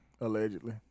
allegedly